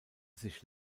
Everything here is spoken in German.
sich